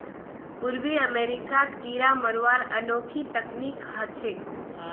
पूर्वी अमेरिकात कीरा मरवार अनोखी तकनीक ह छेक